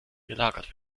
gelagert